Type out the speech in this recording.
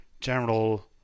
general